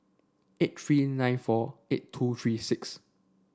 eight three nine four eight two three six